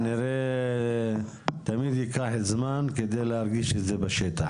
כנראה תמיד ייקח זמן על מנת להרגיש את זה בשטח,